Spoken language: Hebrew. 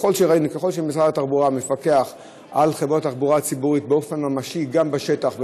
ככל שמשרד התחבורה מפקח על חברות תחבורה ציבורית באופן ממשי גם בשטח,